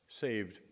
saved